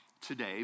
today